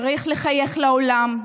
צריך לחייך לעולם,